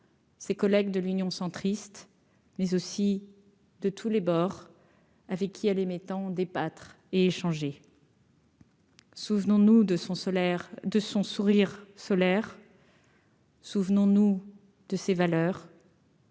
ses collègues de l'Union centriste, mais aussi de tous les bords, avec qui allez-mettant en débattre et échanger. Souvenons-nous de son salaire de son sourire solaire. Souvenons-nous de ces valeurs.